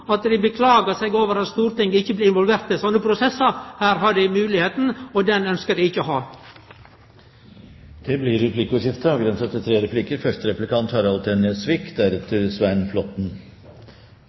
at dei beklagar seg over at Stortinget ikkje blir involvert i slike prosessar. Her har dei moglegheita, men det ønskjer dei ikkje å ha. Det blir replikkordskifte.